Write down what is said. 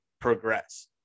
progress